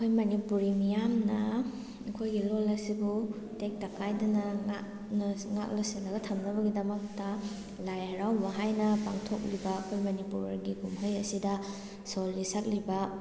ꯑꯩꯈꯣꯏ ꯃꯅꯤꯄꯨꯔꯤ ꯃꯤꯌꯥꯝꯅ ꯑꯩꯈꯣꯏꯒꯤ ꯂꯣꯟ ꯑꯁꯤꯕꯨ ꯇꯦꯛꯇ ꯀꯥꯏꯗꯅ ꯉꯥꯛꯅ ꯉꯥꯛꯅ ꯁꯦꯟꯅꯔ ꯊꯝꯅꯕꯒꯤꯗꯃꯛꯇ ꯂꯥꯏ ꯍꯔꯥꯎꯕ ꯍꯥꯏꯅ ꯄꯥꯡꯊꯣꯛꯂꯤꯕ ꯑꯩꯈꯣꯏ ꯃꯅꯤꯄꯨꯔꯒꯤ ꯀꯨꯝꯍꯩ ꯑꯁꯤꯗ ꯁꯣꯜꯂꯤ ꯁꯛꯂꯤꯕ